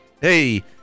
Hey